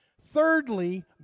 Thirdly